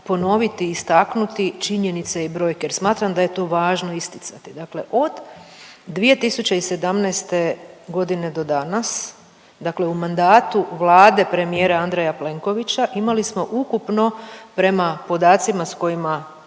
ponoviti i istaknuti činjenice i brojke jer smatram da je to važno isticati, dakle od 2017.g. do danas, dakle u mandatu Vlade premijera Andreja Plenkovića imali smo ukupno prema podacima s kojima